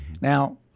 Now